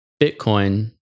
Bitcoin